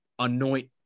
anoint